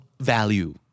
value